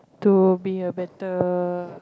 to be a better